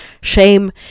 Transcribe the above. shame